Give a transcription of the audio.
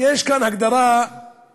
יש כאן הגדרה: מדינת ישראל היא מדינה